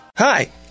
Hi